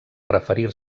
referir